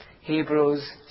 Hebrews